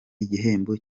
igihembo